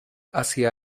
hacia